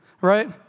right